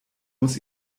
muss